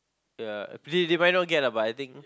ya they might not get lah but I think